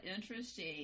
interesting